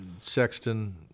Sexton